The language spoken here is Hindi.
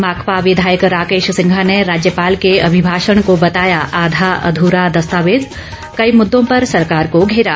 माकपा विधायक राकेश सिंघा ने राज्यपाल के अभिभाषण को बताया आधा अध्रा दस्तावेज कई मुददों पर सरकार को घेरा